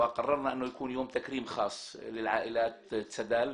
לקחתי לאחריותי את נושא צד"ל.